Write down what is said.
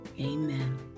Amen